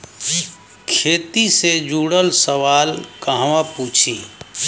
खेती से जुड़ल सवाल कहवा पूछी?